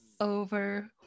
over